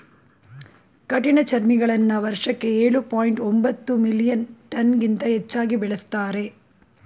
ಕಠಿಣಚರ್ಮಿಗಳನ್ನ ವರ್ಷಕ್ಕೆ ಎಳು ಪಾಯಿಂಟ್ ಒಂಬತ್ತು ಮಿಲಿಯನ್ ಟನ್ಗಿಂತ ಹೆಚ್ಚಾಗಿ ಬೆಳೆಸ್ತಾರೆ